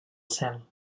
cel